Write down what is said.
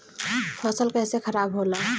फसल कैसे खाराब होला?